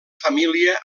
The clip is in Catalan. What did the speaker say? família